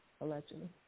allegedly